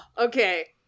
okay